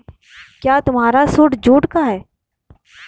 क्या तुम्हारा suit jute का है?